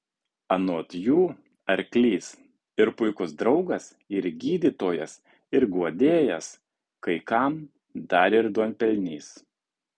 anot jų arklys ir puikus draugas ir gydytojas ir guodėjas kai kam dar ir duonpelnys